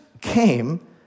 came